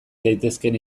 daitezkeen